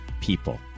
people